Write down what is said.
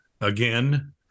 again